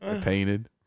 painted